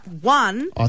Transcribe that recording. one